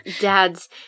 dad's